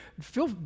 feel